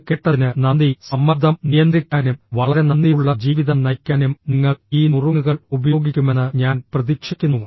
ഇത് കേട്ടതിന് നന്ദി സമ്മർദ്ദം നിയന്ത്രിക്കാനും വളരെ നന്ദിയുള്ള ജീവിതം നയിക്കാനും നിങ്ങൾ ഈ നുറുങ്ങുകൾ ഉപയോഗിക്കുമെന്ന് ഞാൻ പ്രതീക്ഷിക്കുന്നു